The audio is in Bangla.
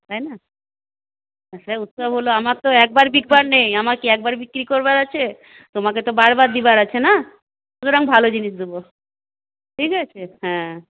তাই না সে উৎসব হলে আমার তো একবার বিকবার নেই আমার কি একবার বিক্রি করবার আছে তোমাকে তো বারবার দেওয়ার আছে না সুতরাং ভালো জিনিস দেবো ঠিক আছে হ্যাঁ